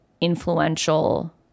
influential